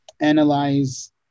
analyze